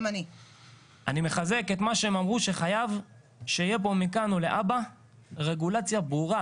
אני מחזק את מה שהם אמרו שחייב שיהיה פה מכאן ולהבא רגולציה ברורה